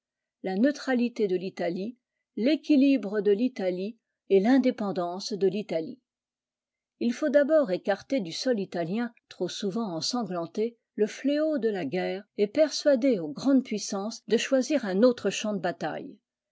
la neutralité de i'italie l'équilibre de l'italie et l'indépendance de l'italie il faut d'abord écarter du sol italien trop souvent ensanglanté le fléau de la guerre et persuader aux grandes puissances de choisir un autre champ de bataille